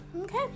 okay